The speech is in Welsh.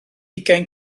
ugain